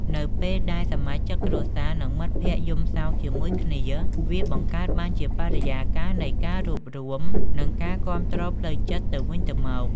នៅពេលដែលសមាជិកគ្រួសារ និងមិត្តភក្តិយំសោកជាមួយគ្នា វាបង្កើតបានជាបរិយាកាសនៃការរួបរួម និងការគាំទ្រផ្លូវចិត្តទៅវិញទៅមក។